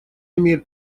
имеет